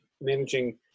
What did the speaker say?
managing